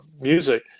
music